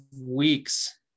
weeks